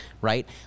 right